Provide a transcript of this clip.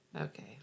Okay